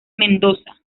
mendoza